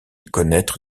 connaitre